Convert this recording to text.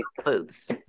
foods